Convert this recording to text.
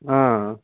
ఆ